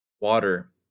water